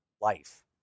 life